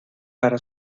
para